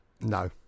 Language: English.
No